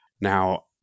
Now